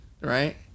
Right